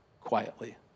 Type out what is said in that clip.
quietly